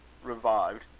revived,